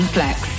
Flex